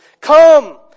come